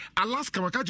Alaska